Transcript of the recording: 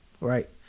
Right